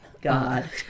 god